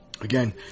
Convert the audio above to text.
Again